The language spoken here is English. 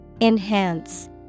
Enhance